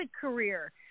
career